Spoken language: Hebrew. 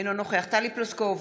אינו נוכח טלי פלוסקוב,